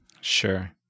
Sure